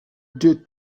der